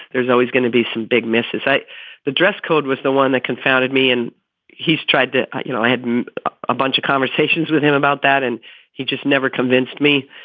there's always going to be some big misses. the dress code was the one that confounded me. and he's tried to you know, i had a bunch of conversations with him about that and he just never convinced me.